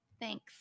thanks